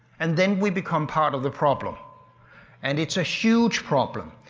and then we become part of the problem and it's a huge problem.